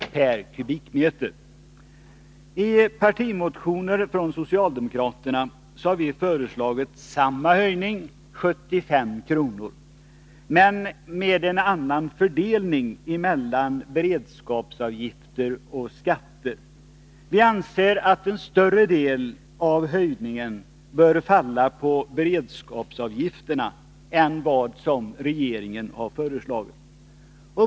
per kubikmeter, men med en annan fördelning mellan beredskapsavgifter och skatter. Vi anser att en större del av höjningen bör falla på beredskapsavgifterna än vad som regeringen har föreslagit.